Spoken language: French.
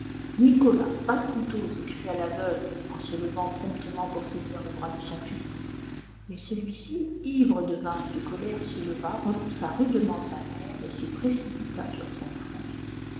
nicolas pas de couteau s'écria la veuve en se levant promptement pour saisir le bras de son fils mais celui-ci ivre de vin et de colère se leva repoussa rudement sa mère et se précipita sur son frère